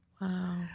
Wow